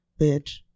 bitch